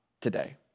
today